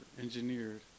engineered